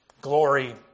glory